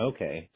Okay